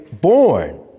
born